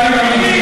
נא לסיים.